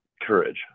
courage